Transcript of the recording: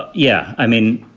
but yeah, i mean,